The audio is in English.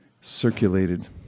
circulated